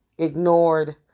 ignored